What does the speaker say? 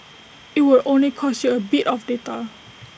IT would only cost you A bit of data